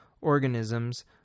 organisms